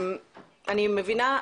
אני מבינה,